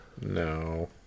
No